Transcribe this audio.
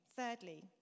Thirdly